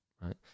right